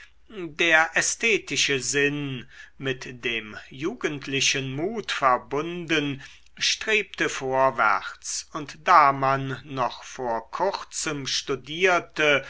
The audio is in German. der ästhetische sinn mit dem jugendlichen mut verbunden strebte vorwärts und da man noch vor kurzem studierte